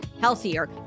healthier